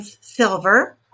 Silver